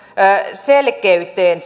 selkeyteen